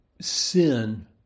sin